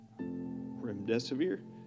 remdesivir